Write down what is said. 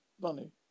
money